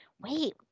Wait